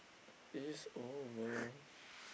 it's over